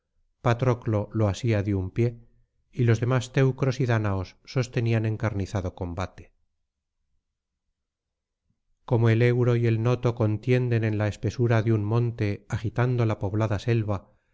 patroclo lo asía de un pie y los demás teucros y dáñaos sostenían encarnizado combate como el euro y el noto contienden en la espesura de un monte agitando la poblada selva